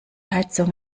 heizung